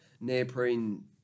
neoprene